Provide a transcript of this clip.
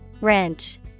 Wrench